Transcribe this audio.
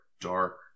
dark